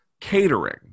catering